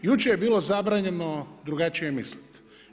Jučer je bilo zabranjeno drugačije misliti.